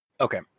Okay